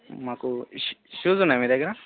మాకు ష షూస్ ఉన్నాయా మీ దగ్గర